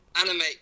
Animate